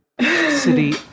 city